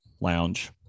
Lounge